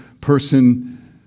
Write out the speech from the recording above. person